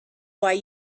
why